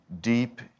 deep